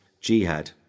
jihad